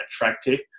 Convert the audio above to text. attractive